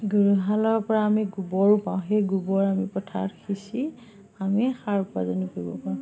গৰুহালৰ পৰা আমি গোবৰো পাওঁ সেই গোবৰ আমি পথাৰত সিঁচি আমি উপাৰ্জন কৰিব পাৰোঁ